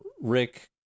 Rick